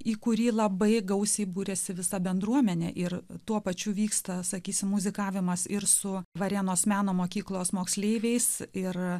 į kurį labai gausiai būrėsi visa bendruomenė ir tuo pačiu vyksta sakysime muzikavimas ir su varėnos meno mokyklos moksleiviais ir